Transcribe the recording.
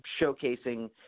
showcasing